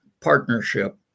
partnership